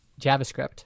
JavaScript